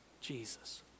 Jesus